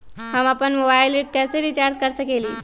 हम अपन मोबाइल कैसे रिचार्ज कर सकेली?